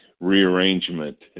rearrangement